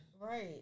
Right